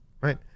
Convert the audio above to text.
Right